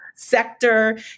sector